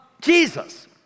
Jesus